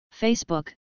Facebook